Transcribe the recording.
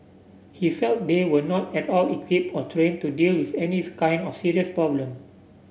he felt they were not at all equipped or trained to deal with any kind of serious problem